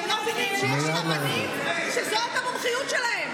הם לא מבינים שיש רבנים שזו המומחיות שלהם,